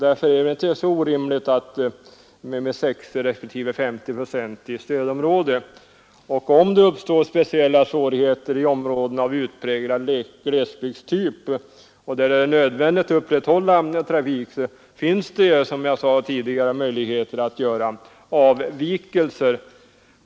Därför är det inte så orimligt att kräva kostnadstäckning med 60 procent respektive 50 procent i stödområdet. Om det uppstår speciella svårigheter i områden av utpräglad glesbygdstyp, där det är nödvändigt att upprätthålla trafik, finns det som jag tidigare sade möjligheter att göra avvikelser.